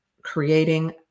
creating